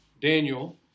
Daniel